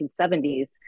1970s